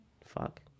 Fuck